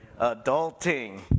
adulting